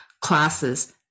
classes